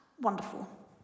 Wonderful